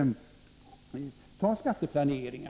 om t.ex. skatteplanering.